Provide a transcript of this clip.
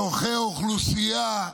צורכי האוכלוסייה,